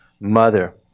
mother